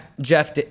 Jeff